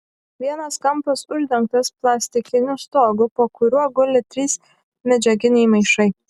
vienas kampas uždengtas plastikiniu stogu po kuriuo guli trys medžiaginiai maišai